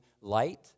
light